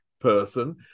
person